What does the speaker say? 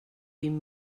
vint